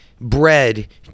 bread